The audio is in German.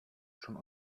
schon